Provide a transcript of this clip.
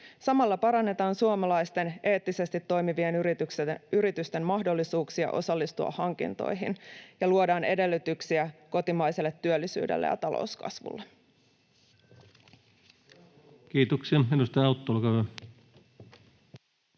Samalla parannetaan suomalaisten eettisesti toimivien yritysten mahdollisuuksia osallistua hankintoihin ja luodaan edellytyksiä kotimaiselle työllisyydelle ja talouskasvulle. [Aki Lindén: Hyvä